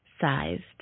sized